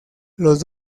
los